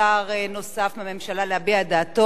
אם חבר הכנסת המציע מסכים לכך.